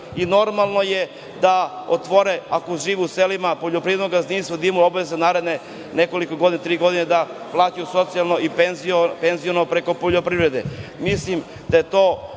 i normalno je da otvore ako žive u selima poljoprivrednog gazdinstva, da imaju obaveze u naredne nekoliko godina, tri godine, da plaćaju socijalno i penziono preko poljoprivrede. Mislim da je to